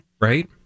Right